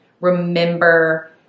remember